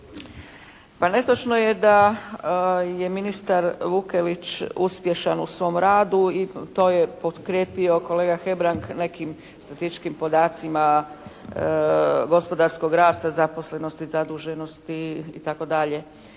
Pa netočno je da je ministar Vukelić uspješan u svom radu i to je potkrijepio kolega Hebrang nekim statističkim podacima gospodarskog rasta, zaposlenosti, zaduženosti itd.